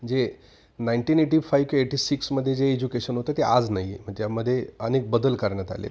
जे nineteen eighty five की eighty सिक्समध्ये जे एज्युकेशन होतं ते आज नाही आहे मग त्यामध्ये अनेक बदल करण्यात आले